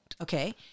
Okay